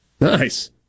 Nice